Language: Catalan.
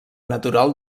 natural